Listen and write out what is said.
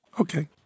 Okay